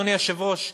אדוני היושב-ראש,